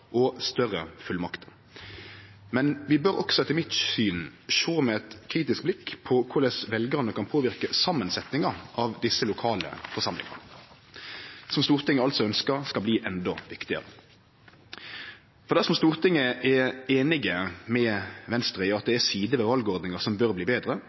og større fullmakter. Men vi bør også etter mitt syn sjå med eit kritisk blikk på korleis veljarane kan påverke samansetninga av desse lokale forsamlingane, som Stortinget altså ønskjer skal bli endå viktigare. For dersom Stortinget er einig med Venstre i at det er sider ved valordninga som bør bli betre,